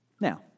Now